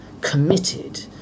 committed